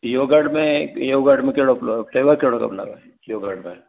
yogurt में yogurt में कहिड़ो फ्ले अ फ्लेवर कहिड़ो खपंदव योगर्ट में